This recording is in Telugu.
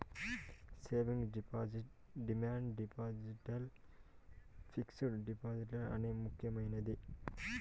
savings deposit demand deposit fixed deposit అనే ముక్యమైనది